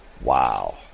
Wow